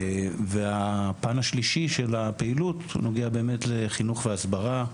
והפן השלישי של הפעילות נוגע לחינוך והסברה,